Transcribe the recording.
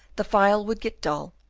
the file would get dull,